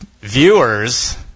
viewers